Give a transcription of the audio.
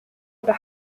oder